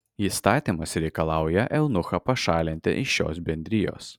įstatymas reikalauja eunuchą pašalinti iš šios bendrijos